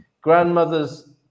Grandmother's